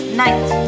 night